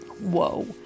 Whoa